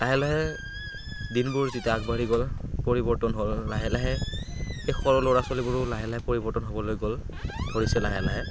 লাহে লাহে দিনবোৰ যেতিয়া আগবাঢ়ি গ'ল পৰিৱৰ্তন হ'ল লাহে লাহে সেই সৰু ল'ৰা ছোৱালীবোৰো লাহে লাহে পৰিৱৰ্তন হ'বলৈ গ'ল ধৰিছে লাহে লাহে